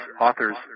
author's